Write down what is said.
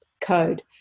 code